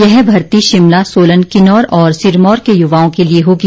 यह भर्ती शिमला सोलन किन्नौर और सिरमौर के युवाओं के लिए होगी